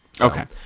Okay